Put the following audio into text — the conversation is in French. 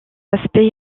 aspect